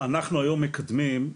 אנחנו היום מקדמים,